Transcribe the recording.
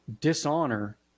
dishonor